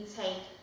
take